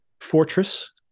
fortress